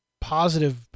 positive